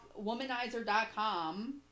womanizer.com